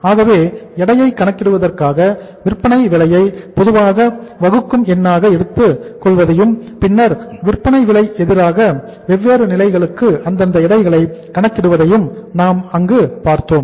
ஆகவே எடையை கணக்கிடுவதற்காக விற்பனை விலையை பொதுவான வகுக்கும் எண்ணாக எடுத்துக் கொள்வதையும் பின்னர் விற்பனை விலைக்கு எதிராக வெவ்வேறு நிலைகளுக்கு அந்தந்த எடைகளை கணக்கிடுவதையும் நாம் அங்கு பார்த்தோம்